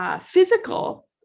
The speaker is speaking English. physical